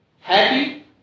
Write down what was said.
happy